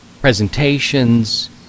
presentations